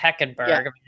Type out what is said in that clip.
Heckenberg